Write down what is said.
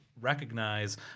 recognize